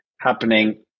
happening